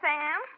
Sam